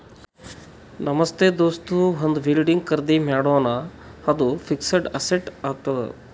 ನಮ್ ದೋಸ್ತ ಒಂದ್ ಬಿಲ್ಡಿಂಗ್ ಖರ್ದಿ ಮಾಡ್ಯಾನ್ ಅದು ಫಿಕ್ಸಡ್ ಅಸೆಟ್ ಆತ್ತುದ್